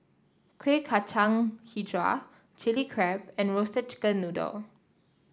Kuih Kacang hijau Chili Crab and Roasted Chicken Noodle